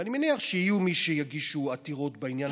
ואני מניח שיהיו מי שיגישו עתירות בעניין